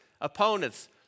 Opponents